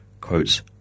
quotes